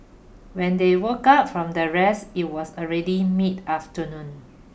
when they woke up from their rest it was already mid afternoon